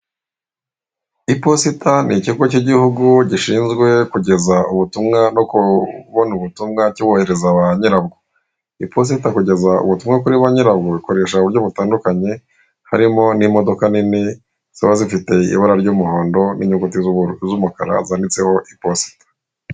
Iposita ni ikigo cy'igihugu gishinzwe kugeza ubutumwa no kubona ubutumwa kibuhereza ba nyirabwo. Iposita kugeza ubutumwa kuri ba nyira bwo, ikoresha uburyo butandukanye, harimo n'imodoka nini ziba zifite ibara ry'umuhondo n'inyuguti z'umukara zanditseho iposita.